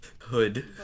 hood